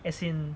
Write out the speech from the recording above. as in